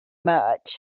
much